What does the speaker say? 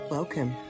Welcome